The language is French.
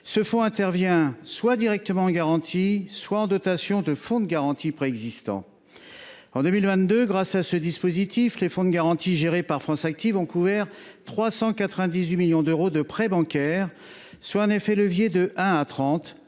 ce fonds intervient, soit directement en garantie, soit en dotation de fonds de garantie préexistant. En 2022, grâce à ce dispositif, les fonds de garantie gérés par France Active ont couvert 398 millions d’euros de prêts bancaires, soit un effet de levier de 1 pour 30.